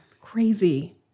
Crazy